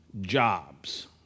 Jobs